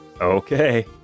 okay